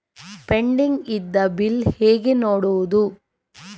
Pending ಇದ್ದ bill ಹೇಗೆ ನೋಡುವುದು?